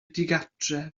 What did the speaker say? digartref